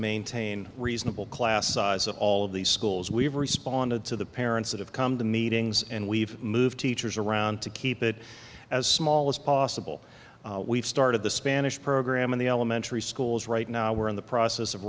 maintain reasonable class sizes all of the schools we've responded to the parents that have come to meetings and we've moved teachers around to keep it as small as possible we've started the spanish program in the elementary schools right now we're in the process of